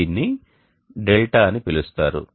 దీనిని డెల్టా δ అని పిలుస్తారు